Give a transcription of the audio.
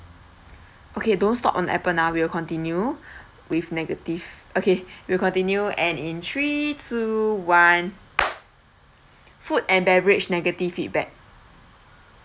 okay don't stop on appen ah we will continue with negative okay we will continue and in three two one food and beverage negative feedback